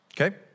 okay